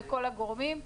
וכל הגורמים,